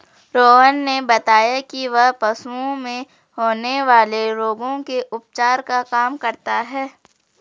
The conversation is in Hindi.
रोहन ने बताया कि वह पशुओं में होने वाले रोगों के उपचार का काम करता है